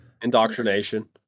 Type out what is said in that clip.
Indoctrination